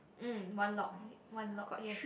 mm one lock one lock yes